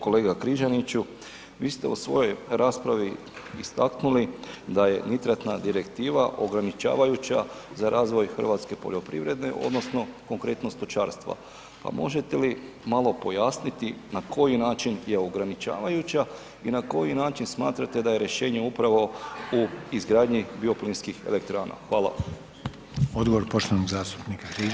Kolega Križaniću, vi ste u svojoj raspravi istaknuli da je nitratna direktiva ograničavajuća za razvoj hrvatske poljoprivrede odnosno konkretno stočarstva pa možete li malo pojasniti na koji način je ograničavajuća i na koji način smatrate da je rješenje upravo u izgradnji bioplinskih elektrana?